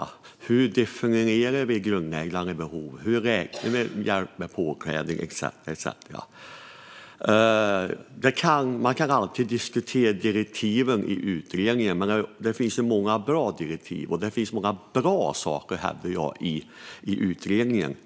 Det handlar om hur vi definierar grundläggande behov, hur vi räknar hjälp med påklädning etcetera. Man kan alltid diskutera direktiven i utredningen, men jag hävdar att det finns många bra direktiv och många bra saker i utredningen.